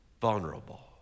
vulnerable